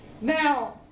Now